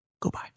Goodbye